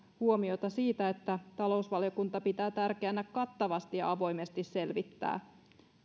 huomiota siitä että talousvaliokunta pitää tärkeänä kattavasti ja avoimesti selvittää